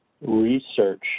research